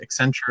Accenture